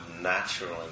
naturally